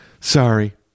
Sorry